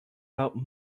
out